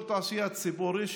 אזור התעשייה ציפורי,